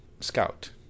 scout